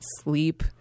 sleep